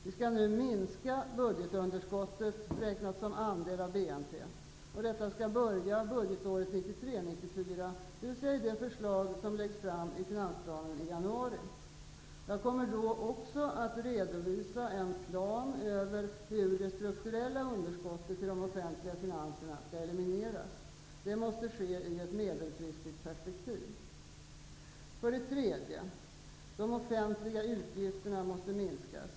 Vi skall nu minska budgetunderskottet räknat som andel av BNP. Detta skall ta sin början budgetåret 1993/94, dvs. i det förslag som läggs fram i finansplanen i januari. Jag kommer då också att redovisa en plan över hur det strukturella underskottet i de offentliga finanserna skall elimineras. Detta måste ske i ett medelfristigt perspektiv. För det tredje: De offentliga utgifterna måste minskas.